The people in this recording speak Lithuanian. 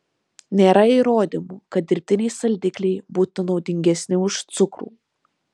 nėra įrodymų kad dirbtiniai saldikliai būtų naudingesni už cukrų